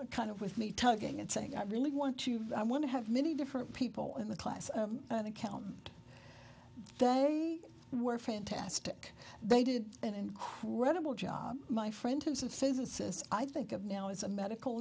kind of with me talking and saying i really want to i want to have many different people in the class and account and they were fantastic they did an incredible job my friend terms of physicists i think of now as a medical